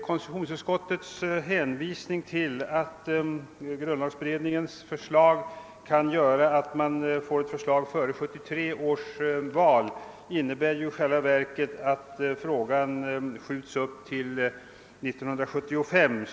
Konstitutionsutskottets hänvisning till att grundlagberedningens förslag kan komma att medföra att det föreligger ett förslag före 1973 års val innebär i själva verket såvitt jag förstår, att frågan skjuts upp till 1975.